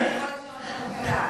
אחד ושניים.